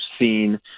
seen